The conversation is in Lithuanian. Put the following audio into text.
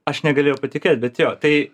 aš negalėjau patikėt bet jo tai